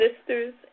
sisters